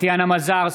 טטיאנה מזרסקי,